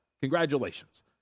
Congratulations